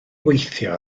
weithio